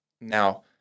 Now